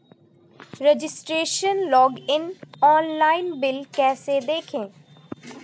Registration login online bill कैसे देखें?